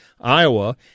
Iowa